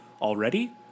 already